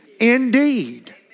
Indeed